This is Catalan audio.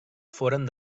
foren